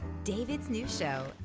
david's new show,